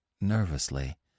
nervously